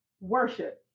worship